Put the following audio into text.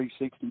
360